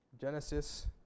Genesis